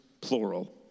plural